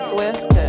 Swift